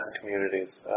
communities